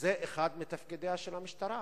זה אחד מתפקידיה של המשטרה,